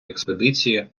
експедиції